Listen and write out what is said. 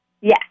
Yes